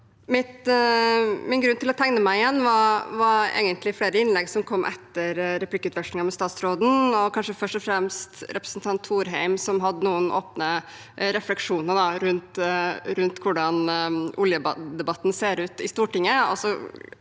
Min grunn til å tegne meg igjen var egentlig flere innlegg som kom etter replikkvekslingen med statsråden, kanskje først og fremst representanten Thorheim som hadde noen åpne refleksjonene rundt hvordan oljedebatten er i Stortinget.